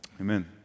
amen